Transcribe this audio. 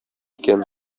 икән